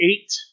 eight